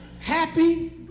Happy